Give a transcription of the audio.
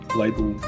label